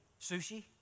Sushi